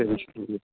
சரி சரி